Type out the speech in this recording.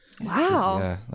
Wow